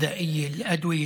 סיוע במזון,